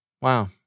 Wow